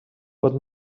pot